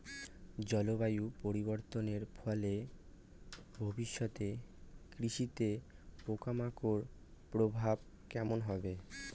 জলবায়ু পরিবর্তনের ফলে ভবিষ্যতে কৃষিতে পোকামাকড়ের প্রভাব কেমন হবে?